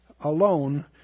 alone